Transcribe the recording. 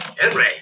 Henry